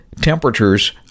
temperatures